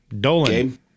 Dolan